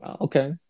okay